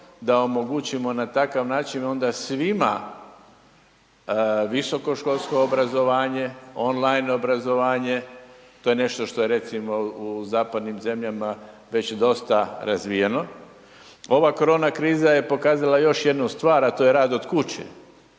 da omogućimo na takav način onda svima visokoškolsko obrazovanje, on line obrazovanje, to je nešto što je recimo u zapadnim zemljama već dosta razvijeno. Ova korona kriza je pokazala još jednu stvar, a to je rad od kuće